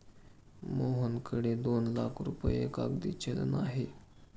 मोहनकडे दोन लाख रुपये कागदी चलन आहे